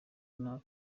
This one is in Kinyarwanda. nabi